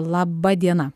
laba diena